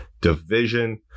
division